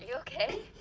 ah okay?